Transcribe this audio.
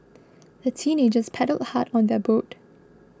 the teenagers paddled hard on their boat